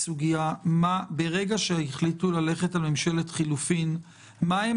ברגע שהחליטו ללכת על ממשלת חילופים מה הם